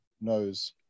knows